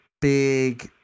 big